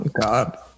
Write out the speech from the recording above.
God